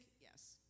Yes